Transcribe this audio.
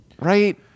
right